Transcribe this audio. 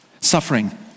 suffering